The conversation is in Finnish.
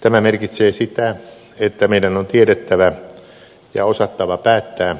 tämä merkitsee sitä että meidän on tiedettävä ja osattava päättää